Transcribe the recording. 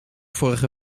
vorige